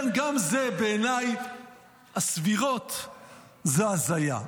כן, גם זה בעיניי הסבירות זו הזיה.